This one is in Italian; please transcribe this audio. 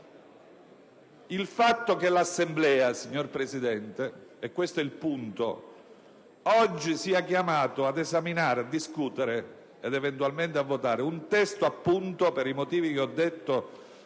Il fatto che l'Assemblea - signor Presidente, questo è il punto - sia oggi chiamata ad esaminare, discutere ed eventualmente votare un testo che, per i motivi che ho detto,